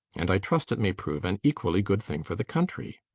and i trust it may prove an equally good thing for the country.